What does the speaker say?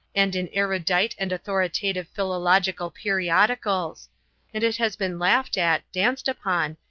and in erudite and authoritative philological periodicals and it has been laughed at, danced upon,